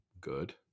good